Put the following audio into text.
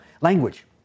language